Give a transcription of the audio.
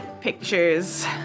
pictures